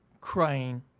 crying